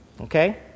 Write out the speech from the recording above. okay